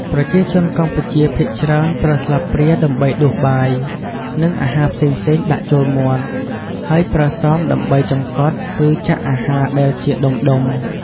ប្រជាជនកម្ពុជាភាគច្រើនប្រើស្លាបព្រាដើម្បីដួសបាយ និងអាហារផ្សេងៗដាក់ចូលមាត់ ហើយប្រើសមដើម្បីចង្កត់ ឬចាក់អាហារដែលជាដុំៗ។